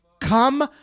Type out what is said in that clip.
Come